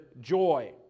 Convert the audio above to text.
joy